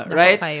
right